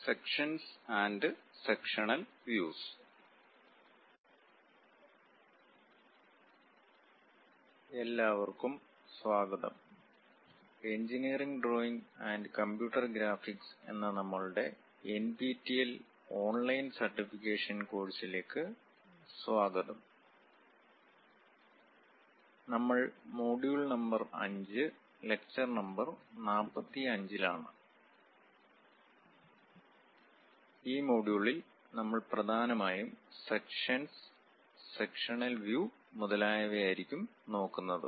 sections and sectional views എല്ലാവർക്കും സ്വാഗതം engineering drawing and computer graphics എന്ന നമ്മളുടെ എൻപിടിഎൽ ഓൺലൈൻ സർട്ടിഫിക്കേഷൻ കോഴ്സിലേക്ക് സ്വാഗതം നമ്മൾ മൊഡ്യൂൾ നമ്പർ 5 ലക്ചർ നമ്പർ 45 ലാണ് ഈ മൊഡ്യൂളിൽ നമ്മൾ പ്രധാനമായും സെക്ഷൻസ് സെക്ഷനൽ വ്യൂ മുതലായവ ആരിക്കും നോക്കുന്നതു